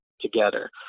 together